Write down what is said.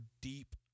deep